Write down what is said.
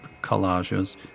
collages